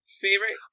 favorite